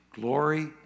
glory